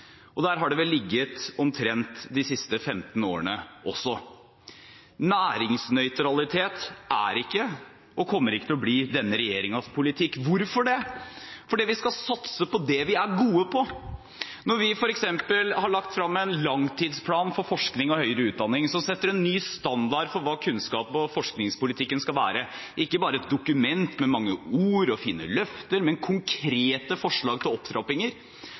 og der har det vel ligget omtrent de siste 15 årene. Næringsnøytralitet er ikke, og kommer ikke til å bli, denne regjeringens politikk. Hvorfor det? Jo, fordi vi skal satse på det vi er gode på. Når vi f.eks. har lagt frem en langtidsplan for forskning og høyere utdanning, så setter det en ny standard for hva kunnskaps- og forskningspolitikken skal være – ikke bare et dokument med mange ord og fine løfter, men konkrete forslag til opptrappinger.